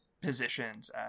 positions